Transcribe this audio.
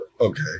Okay